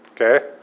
Okay